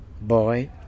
boy